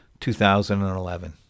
2011